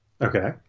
okay